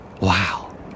Wow